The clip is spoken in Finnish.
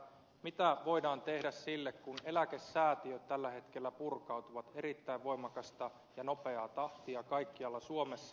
mitä voidaan tehdä sille kun eläkesäätiöt tällä hetkellä purkautuvat erittäin voimakasta ja nopeaa tahtia kaikkialla suomessa